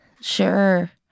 Sure